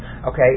Okay